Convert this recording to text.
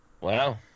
Wow